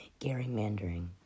gerrymandering